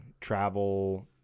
travel